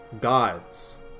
God's